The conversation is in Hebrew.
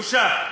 בושה.